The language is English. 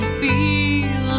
feel